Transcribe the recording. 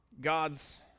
God's